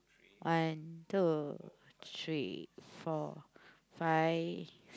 one two three four five